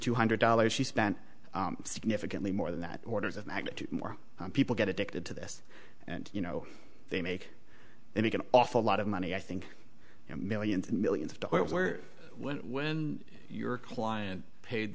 two hundred dollars she spent significantly more than that orders of magnitude more people get addicted to this and you know they make they make an awful lot of money i think millions and millions of to where when your client paid